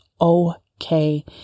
okay